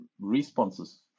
responses